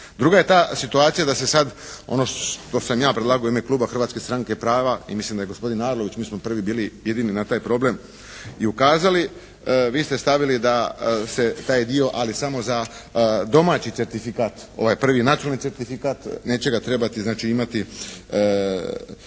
Druga je ta situacija da se sada ono što sam ja predlagao u ime Hrvatske stranke prava i mislim da je gospodin Arlović, mi smo prvi bili jedini na taj problem i ukazali, vi ste stavili da se taj dio ali samo za domaći certifikat ovaj prvi nacionalni certifikat neće ga trebati znači